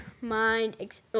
mind